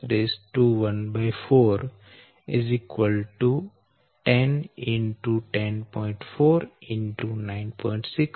6 1014 9